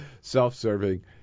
self-serving